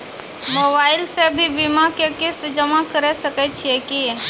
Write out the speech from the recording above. Mobile से भी बीमा के किस्त जमा करै सकैय छियै कि?